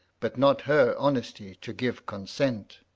but not her honesty to give consent.